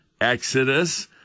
Exodus